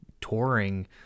touring